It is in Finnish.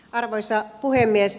arvoisa puhemies